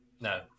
No